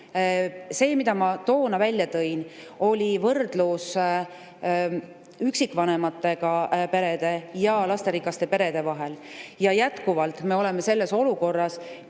See, mida ma toona välja tõin, oli võrdlus üksikvanemaga perede ja lasterikaste perede vahel. Jätkuvalt me oleme selles olukorras,